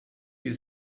you